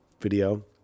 video